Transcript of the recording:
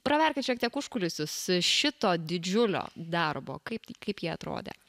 praverkit šiek tiek užkulisius šito didžiulio darbo kaip kaip jie atrodė